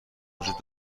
وجود